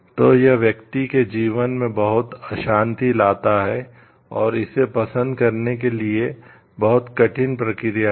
तो यह व्यक्ति के जीवन में बहुत अशांति लाता है और इसे पसंद करने के लिए बहुत कठिन प्रक्रिया है